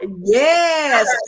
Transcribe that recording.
Yes